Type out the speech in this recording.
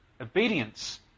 obedience